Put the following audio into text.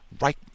right